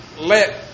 let